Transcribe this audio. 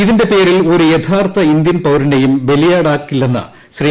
ഇതിന്റെ പേരിൽ ഒരു യഥാർത്ഥ ഇന്ത്യൻ പൌരനെയും ബലിയാടാക്കില്ലെന്ന് ശ്രീ